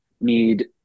need